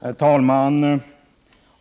Herr talman!